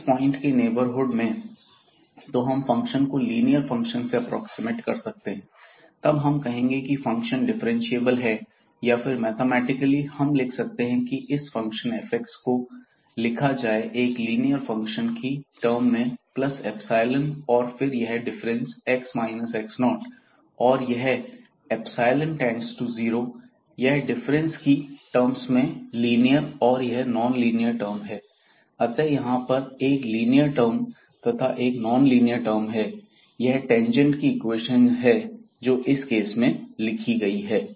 इस पॉइंट के नेबरहुड में तो हम फंक्शन को लीनियर फंक्शन से एप्रोक्सीमेट कर सकते हैं तब हम कहेंगे कि फंक्शन डिफरेंशिएबल है या फिर मैथमेटिकल हम लिख सकते हैं कि इस फंक्शन f लिखा जाए एक लीनियर फंक्शन की टर्म में प्लस इप्सिलोन और फिर यह डिफरेंस x x0 और यह गैर0 यह डिफरेंस की टर्म्स में लिनियर और यह नॉनलीनियर टर्म है अतः यहां पर एक लिनियर टर्म तथा एक नॉनलीनियर टर्म् है और यह टेंजेंट की इक्वेशन है जो कि इस केस में लिखी गई है